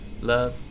love